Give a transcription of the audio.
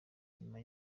nyuma